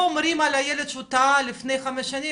אומרים על הילד שהוא טעה לפני חמש שנים,